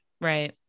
Right